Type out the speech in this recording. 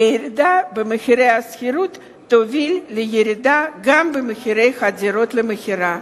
וירידה במחירי השכירות תוביל לירידה גם במחירי הדירות למכירה.